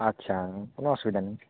আচ্ছা কোনো অসুবিধা নেই